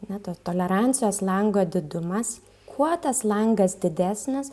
na to tolerancijos lango didumas kuo tas langas didesnis